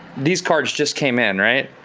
these cards just came in, right?